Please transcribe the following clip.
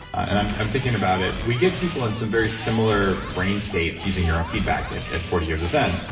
and i'm i'm thinking about it. we get people in some very similar brain states using neurofeedback at at forty years of zen,